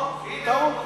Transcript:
או, הנה הוא מודה.